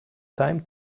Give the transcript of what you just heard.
time